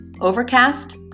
Overcast